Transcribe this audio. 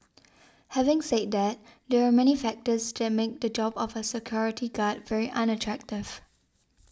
having said that there are many factors that make the job of a security guard very unattractive